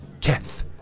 Keth